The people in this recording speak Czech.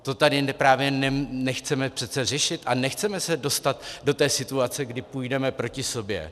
To tady právě nechceme řešit a nechceme se dostat do té situace, kdy půjdeme proti sobě.